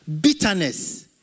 bitterness